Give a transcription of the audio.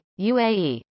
UAE